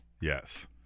Yes